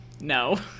no